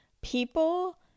people